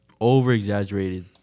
over-exaggerated